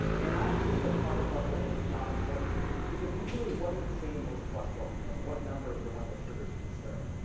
and i actually put target level as not important because usually what does it say in most cholesterol panels? what number is the one that triggers concern?